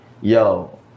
yo